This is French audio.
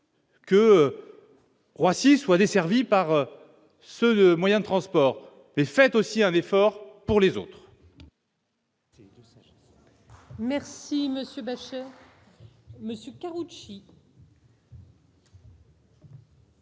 que Roissy soit desservi par seul moyen de transport, mais fait aussi un effort pour les autres.